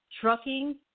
trucking